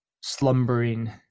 slumbering